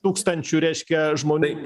tūkstančių reiškia žmonių